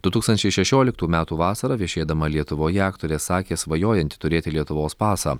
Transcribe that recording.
du tūkstančiai šešioliktų metų vasarą viešėdama lietuvoje aktorė sakė svajojanti turėti lietuvos pasą